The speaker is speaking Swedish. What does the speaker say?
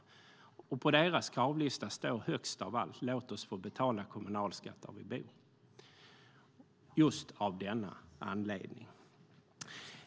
Högst av allt på deras kravlista står: Låt oss få betala kommunalskatt där vi bor! Anledningen är just denna.